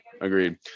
Agreed